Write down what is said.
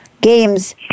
games